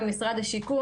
ומשרד השיכון,